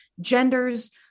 genders